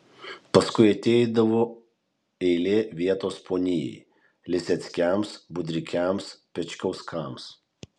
paskui ateidavo eilė vietos ponijai liseckiams budrikiams pečkauskams